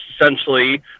essentially